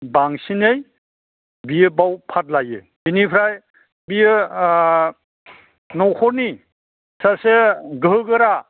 बांसिनै बियो बेयाव पार्ट लायो बेनिफ्राय बियो न'खरनि सासे गोहोगोरा